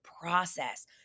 process